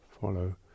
follow